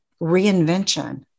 reinvention